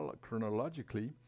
chronologically